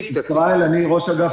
אני ראש אגף